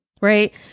right